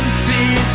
see?